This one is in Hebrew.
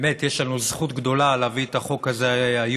באמת יש לנו זכות גדולה להביא את החוק הזה היום,